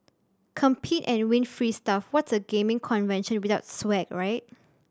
compete and win free stuff what's a gaming convention without swag right